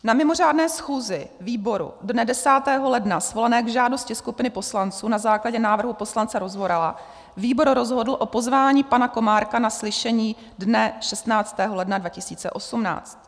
Na mimořádné schůzi výboru dne 10. ledna svolané k žádosti skupiny poslanců na základě návrhu poslance Rozvorala výbor rozhodl o pozvání pana Komárka na slyšení dne 16. ledna 2018.